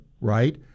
right